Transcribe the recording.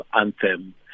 anthem